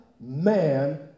man